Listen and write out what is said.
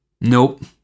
nope